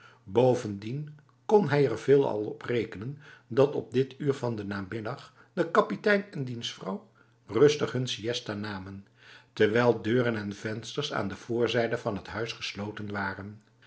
bovendien kon hij er veelal op rekenen dat op dit uur van de namiddag de kapitein en diens vrouw rustig hun siësta namen terwijl deuren en vensters aan de voorzijde van het huis gesloten waren